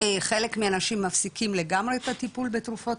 חלק מהנשים מפסיקים לגמרי את הטיפול בתרופות